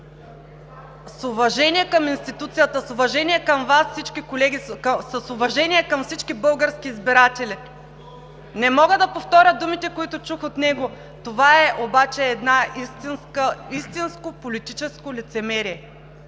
С уважение към институцията, с уважение към Вас – всички колеги, с уважение към всички български избиратели, не мога да повторя думите, които чух от него. Това обаче е едно истинско политическо лицемерие!